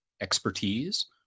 expertise